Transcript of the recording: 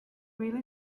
really